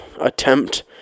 attempt